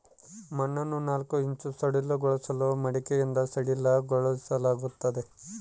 ಮಣ್ಣನ್ನು ನಾಲ್ಕು ಇಂಚು ಸಡಿಲಗೊಳಿಸಲು ಮಡಿಕೆಯಿಂದ ಸಡಿಲಗೊಳಿಸಲಾಗ್ತದೆ